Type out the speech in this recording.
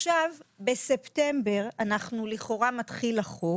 בספטמבר לכאורה מתחיל החוק,